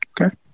Okay